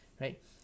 right